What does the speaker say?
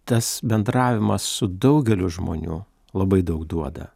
tas bendravimas su daugeliu žmonių labai daug duoda